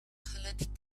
colored